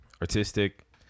Artistic